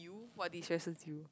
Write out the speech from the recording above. what destresses you